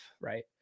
Right